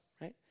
right